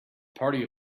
party